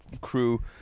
crew